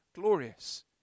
glorious